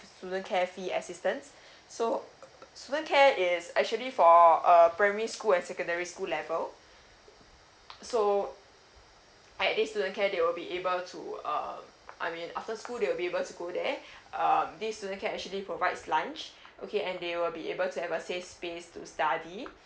student care fee assistance so student care is actually for uh primary school and secondary school level so at this student care they will be able to uh I mean after school they will be able to go there uh this student care actually provides lunch okay and they will be able to have a safe space to study